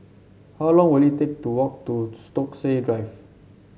how long will it take to walk to Stokesay Drive